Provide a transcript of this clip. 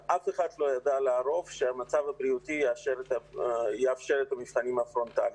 אף אחד לא ידע לערוב שהמצב הבריאותי יאפשר את המבחנים הפרונטליים.